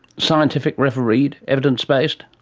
scientific, refereed, evidence-based?